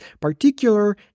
particular